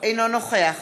אינו נוכח